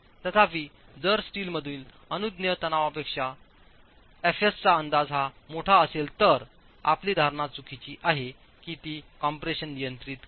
तथापि जरस्टीलमधील अनुज्ञेय तणावापेक्षातणावापेक्षा fs चाहाअंदाजमोठा असेल तर आपली धारणा चुकीची आहे की ते कॉम्प्रेशन नियंत्रित करते